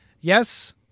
Yes